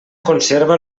conserva